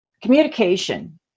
communication